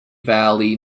valley